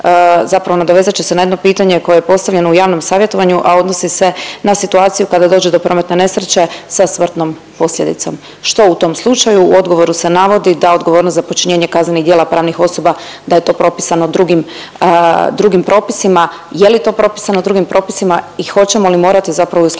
zapravo nadovezat ću se na jedno pitanje koje je postavljeno u javnom savjetovanju, a odnosi se na situaciju kada dođe do prometne nesreće sa smrtnom posljedicom, što u tom slučaju? U odgovoru se navodi da odgovornost za počinjenje kaznenih djela pravnih osoba da je to propisano drugim propisima. Je li to propisano drugim propisima i hoćemo li morati zapravo usklađivati